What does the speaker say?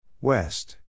West